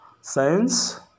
science